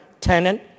tenant